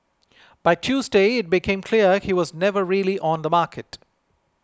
by Tuesday it became clear he was never really on the market